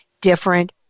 different